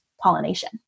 pollination